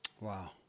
Wow